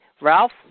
Ralph